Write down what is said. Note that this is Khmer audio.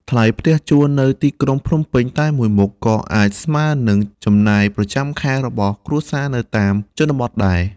ថ្លៃផ្ទះជួលនៅទីក្រុងភ្នំពេញតែមួយមុខ ក៏អាចស្មើនឹងចំណាយប្រចាំខែរបស់គ្រួសារនៅតាមជនបទដែរ។